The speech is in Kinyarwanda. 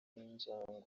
n’injangwe